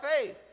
faith